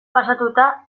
pasatuta